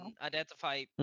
identify